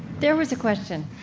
there was a question